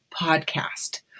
podcast